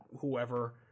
whoever